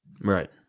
Right